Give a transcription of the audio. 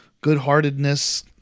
good-heartedness